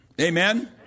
amen